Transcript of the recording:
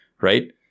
Right